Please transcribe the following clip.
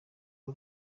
w’u